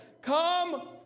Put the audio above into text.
come